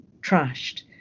trashed